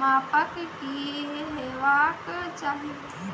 मापक की हेवाक चाही?